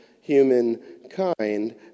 humankind